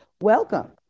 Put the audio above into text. Welcome